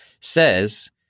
says –